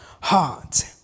heart